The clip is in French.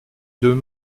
deux